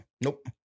Nope